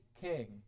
king